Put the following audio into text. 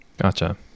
Gotcha